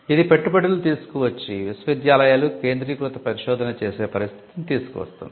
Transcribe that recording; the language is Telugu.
ఇది పెట్టుబడులు తీసుకు వచ్చి విశ్వవిద్యాలయాలు కేంద్రీకృత పరిశోధన చేసే పరిస్థితిని తీసుకువస్తుంది